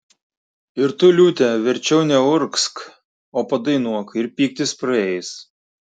ir tu liūte verčiau neurgzk o padainuok ir pyktis praeis